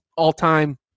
all-time